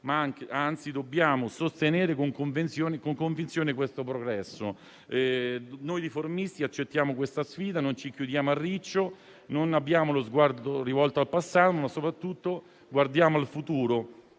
ma anzi dobbiamo sostenere con convinzione il progresso. Noi riformisti accettiamo questa sfida, non ci chiudiamo a riccio, non abbiamo lo sguardo rivolto al passato, ma anzi guardiamo al futuro